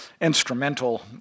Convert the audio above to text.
instrumental